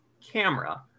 camera